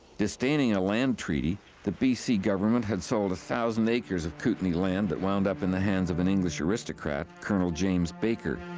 disdaining a land treaty the b c. government had sold a thousand acres of kootenay land that wound up in the hands of an english aristocrat, colonel james baker.